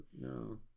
no